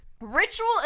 ritual